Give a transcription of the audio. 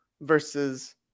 versus